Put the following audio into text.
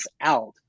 out